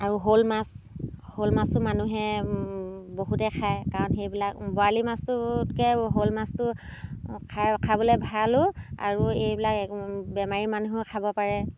আৰু শ'ল মাছ শ'ল মাছো মানুহে বহুতে খাই কাৰণ সেইবিলাক বৰালি মাছটোতকৈ শ'ল মাছটো খায় খাবলৈ ভালো আৰু এই এইবিলাক বেমাৰী মানুহেও খাব পাৰে